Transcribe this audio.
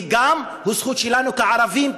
וגם הוא זכות שלנו כערבים,